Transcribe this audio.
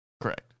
Correct